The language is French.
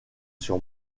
sur